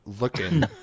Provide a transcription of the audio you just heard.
Looking